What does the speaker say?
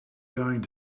going